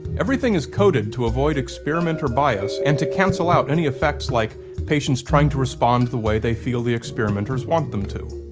everything is coded to avoid experimenter bias and to cancel out any effects like patients trying to respond the way they feel the experimenters want them to.